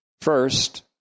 First